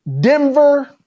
Denver